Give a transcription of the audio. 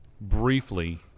briefly